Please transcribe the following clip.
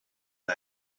and